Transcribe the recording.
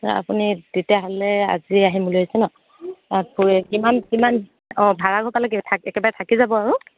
আপুনি তেতিয়াহ'লে আজি আহিম বুলি ভাবিছে নহ্ কিমান কিমান অঁ ভাড়াঘৰ পালে একেবাৰে থাকি যাব আৰু